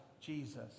Jesus